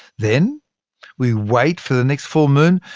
then we wait for the next full moon,